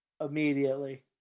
immediately